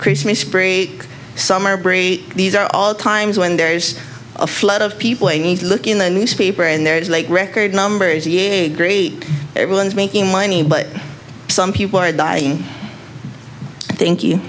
christmas break summer break these are all times when there's a flood of people you need to look in the newspaper and there's like record numbers of greek everyone's making money but some people are dying thank you